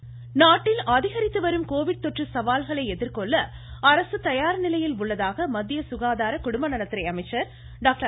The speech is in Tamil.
ஹர்ஷ்வர்தன் நாட்டில் அதிகரித்துவரும் கோவிட் தொற்று சவால்களை எதிர்கொள்ள அரசு தயார்நிலையில் உள்ளதாக சுகாதார மத்திய குடும்பநலத்துறை அமைச்சர் டாக்டர்